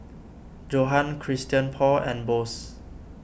Johan Christian Paul and Bose